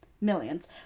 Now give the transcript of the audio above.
millions